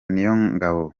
niyongabo